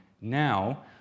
now